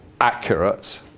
accurate